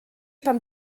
pan